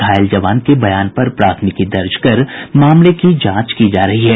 घायल जवान के बयान पर प्राथमिकी दर्ज कर मामले की जांच की जा रही है